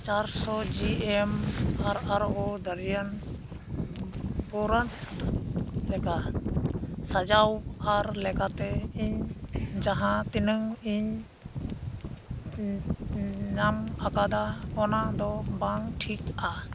ᱪᱟᱨ ᱥᱚ G M R ᱟᱨ ᱳ ᱰᱟᱨᱤᱭᱟᱱ ᱵᱚᱨᱟᱱᱴ ᱞᱮᱠᱟ ᱥᱟᱡᱟᱣ ᱟᱨ ᱞᱮᱠᱟᱛᱮ ᱤᱧ ᱡᱟᱦᱟᱸ ᱛᱤᱱᱟᱹᱝ ᱤᱧ ᱧᱟᱢ ᱟᱠᱟᱫᱟ ᱚᱱᱟ ᱫᱚ ᱵᱟᱝ ᱴᱷᱤᱠᱼᱟ